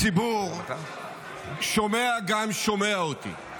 הציבור שומע גם שומע אותי.